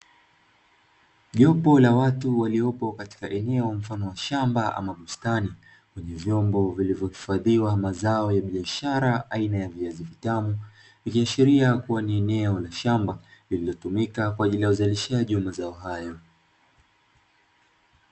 Jopo la watu waliopo katika eneo mfano wa shamba ama bustani, wenye vyombo vilivyohifadhiwa mazao ya biashara aina ya viazi vitamu, ikiashiria kuwa ni eneo la shamba lililotumika kwa ajili ya uzalishaji wa mazao hayo.